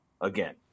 again